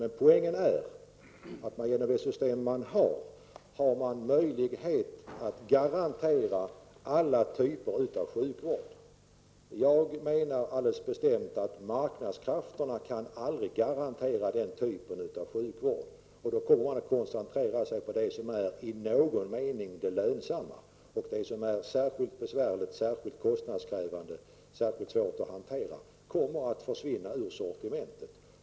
Men poängen är att man genom det system som finns har möjlighet att garantera alla typer av sjukvård. Jag hävdar alldeles bestämt att marknadskrafterna aldrig kan garantera samma typ av sjukvård. Då får man koncentrera sig på det som på något sätt är lönsamt. Det som är särskilt besvärligt, kostnadskrävande eller svårt att hantera kommer att försvinna från sortimentet.